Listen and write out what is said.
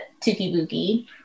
tukibuki